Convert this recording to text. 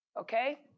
okay